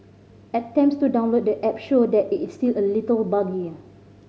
attempts to download the app show that it's still a little buggy